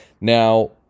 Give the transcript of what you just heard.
Now